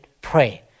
pray